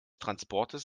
transportes